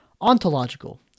ontological